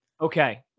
Okay